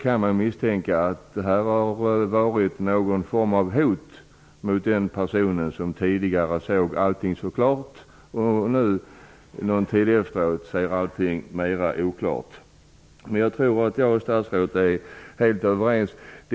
Man kan misstänka att det förekommit någon form av hot mot den personen, som tidigare såg allting så klart, men en tid efteråt ser allting mera oklart. Jag tror att statsrådet och jag är helt överens.